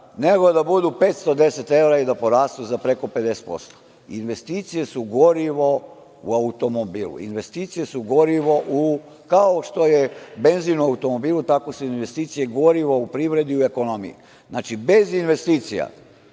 nego da budu 510 evra i da porastu za preko 50%. Investicije su gorivo u automobilu, investicije su gorivo kao što je benzin u automobilu, tako su investicije gorivo u privredi i ekonomiji. Znači, bez investicija